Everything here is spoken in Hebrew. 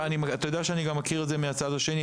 אתה יודע שאני גם מכיר את זה מהצד השני,